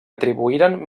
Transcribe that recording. atribuïren